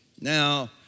Now